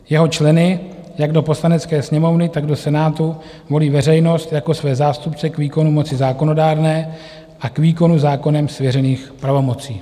Jeho členy jak do Poslanecké sněmovny, tak do Senátu volí veřejnost jako své zástupce k výkonu moci zákonodárné a k výkonu zákonem svěřených pravomocí.